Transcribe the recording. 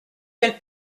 quelle